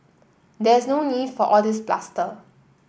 there's no need for all this bluster